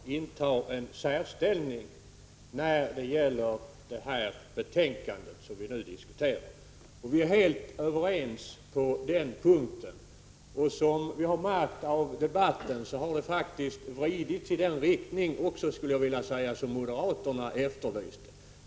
Herr talman! Ivar Virgin sade att Afghanistan intar en särställning i det betänkande som vi nu diskuterar. Vi är helt överens på den punkten. Som vi har märkt av debatten har den också vridits i den riktning som moderaterna efterlyste.